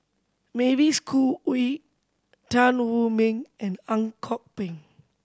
Mavis Khoo Oei Tan Wu Meng and Ang Kok Peng